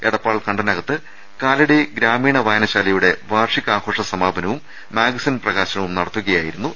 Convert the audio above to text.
എടപ്പാൾ കണ്ടനകത്ത് കാലടി ഗ്രാമീണ വായനശാലയുടെ വാർഷികാഘോഷ സമാപനവും മാഗസിൻ പ്രകാശനവും നടത്തുകയായിരുന്നു അദ്ദേഹം